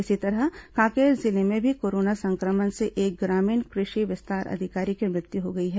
इसी तरह कांकेर जिले में भी कोरोना संक्रमण से एक ग्रामीण कृषि विस्तार अधिकारी की मृत्यु हो गई है